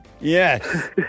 Yes